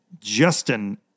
Justin –